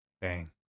Bang